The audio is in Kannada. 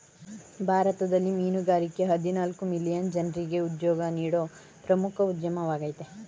ಭಾರತದಲ್ಲಿ ಮೀನುಗಾರಿಕೆಯ ಹದಿನಾಲ್ಕು ಮಿಲಿಯನ್ ಜನ್ರಿಗೆ ಉದ್ಯೋಗ ನೀಡೋ ಪ್ರಮುಖ ಉದ್ಯಮವಾಗಯ್ತೆ